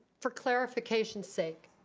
for clarification sake,